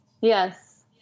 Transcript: Yes